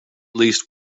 least